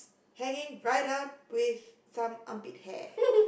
hanging right up with some armpit hair